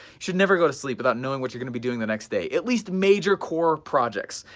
should never go to sleep without knowing what you're gonna be doing the next day, at least major core projects.